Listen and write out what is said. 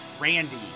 Randy